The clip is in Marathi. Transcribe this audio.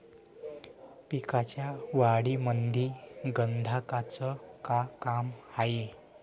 पिकाच्या वाढीमंदी गंधकाचं का काम हाये?